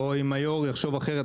או אם היו"ר יחשוב אחרת,